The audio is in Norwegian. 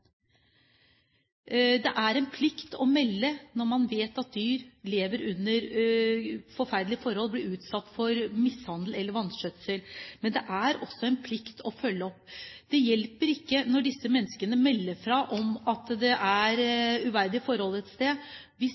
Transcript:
Det er en plikt å melde fra når man vet at dyr lever under forferdelige forhold og blir utsatt for mishandling eller vanskjøtsel, men det er også en plikt å følge opp. Det hjelper ikke at mennesker melder fra om